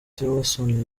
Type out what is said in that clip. tillerson